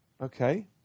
Okay